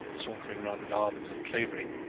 sauntering round the gardens at clavering,